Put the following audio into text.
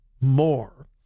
more